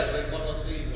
reconocido